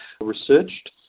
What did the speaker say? researched